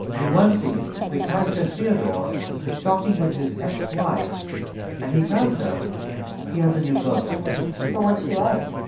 in one scene, the character theodore is talking with his ex-wife, and he tells her he has a new girlfriend so what's she like?